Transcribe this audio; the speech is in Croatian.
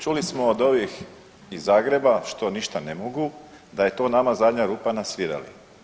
Čuli smo od ovih iz Zagreba što ništa ne mogu, da je to nama zadnja rupa na svirali.